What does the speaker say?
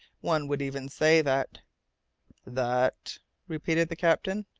one would even say that that repeated the captain.